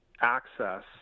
access